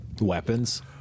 weapons